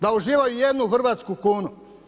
Da uživaju jednu hrvatsku kunu?